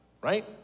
Right